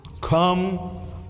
come